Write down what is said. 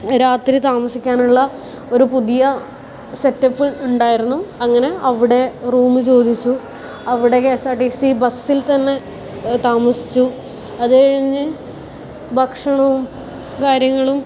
രാത്രി താമസിക്കാനുള്ള ഒരു പുതിയ സെറ്റ് അപ്പ് ഉണ്ടായിരുന്നു അങ്ങനെ അവിടെ റൂം ചോദിച്ചു അവിടെ K S R T C ബസ്സിൽ തന്നെ താമസിച്ചു അത് കഴിഞ്ഞ് ഭക്ഷണവും കാര്യങ്ങളും